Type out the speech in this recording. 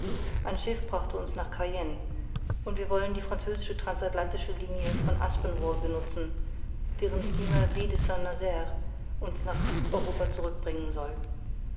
ein schiff brachte uns nach cayenne und wir wollen die französische transatlantische linie von aspinwall benutzen deren steamer ville de saint nazaire uns nach europa zurückbringen soll